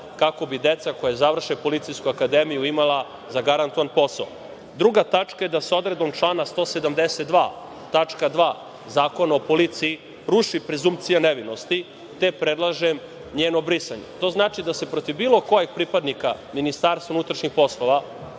kako bi deca koja završe Policijsku akademiju imala zagarantovan posao. Druga tačka je da su odredbom člana 172. tačka 2. zakona o policiji ruši prezumpcija nevinosti, te predlažem njeno brisanje. To znači da protiv bilo kojeg pripadnika MUP bilo koji građanin može da